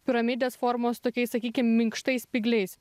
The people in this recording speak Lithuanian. piramidės formos tokiais sakykim minkštais spygliais